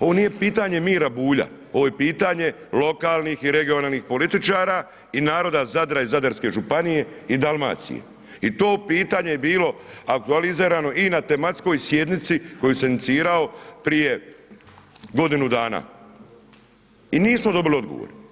ovo nije pitanje Mira Bulja, ovo je pitanje lokalnih i regionalnih političara i naroda Zadra i zadarske županije i Dalmacije i to pitanje je bilo aktualizirano i na tematskoj sjednici koju sam inicirao prije godinu dana i nismo dobili odgovor.